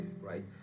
right